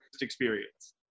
experience